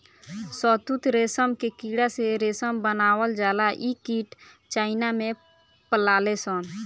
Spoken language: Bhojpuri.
शहतूत रेशम के कीड़ा से रेशम बनावल जाला इ कीट चाइना में पलाले सन